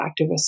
activists